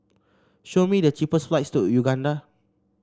show me the cheapest flights to Uganda